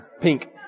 pink